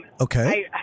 Okay